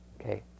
okay